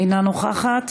אינה נוכחת,